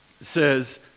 says